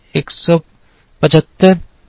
75 4 से 4 और इसी तरह